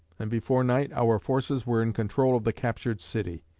and before night our forces were in control of the captured city.